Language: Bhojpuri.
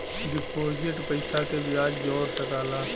डिपोसित पइसा के बियाज जोड़ सकला